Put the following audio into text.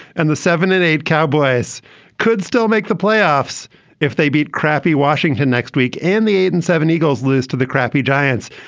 and the seven and eight cowboys could still make the playoffs if they beat crappy washington next week and the eight and seven eagles lose to the crappy giants.